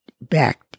back